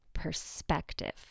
perspective